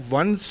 one